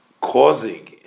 causing